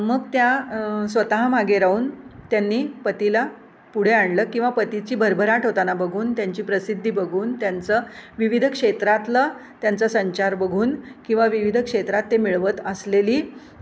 मग त्या स्वतः मागे राहून त्यांनी पतीला पुढे आणलं किंवा पतीची भरभराट होताना बघून त्यांची प्रसिद्धी बघून त्यांचं विविध क्षेत्रातलं त्यांचं संचार बघून किंवा विविध क्षेत्रात ते मिळवत असलेली